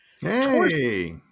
Hey